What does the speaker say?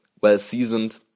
well-seasoned